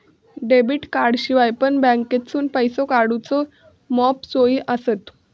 debit कार्डाशिवाय पण बँकेतसून पैसो काढूचे मॉप सोयी आसत